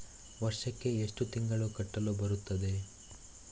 ವರ್ಷಕ್ಕೆ ಎಷ್ಟು ತಿಂಗಳು ಕಟ್ಟಲು ಬರುತ್ತದೆ?